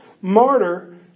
martyr